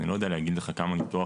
אני לא יודע להגיד לך כמה ניתוח